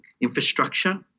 infrastructure